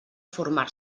formar